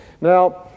Now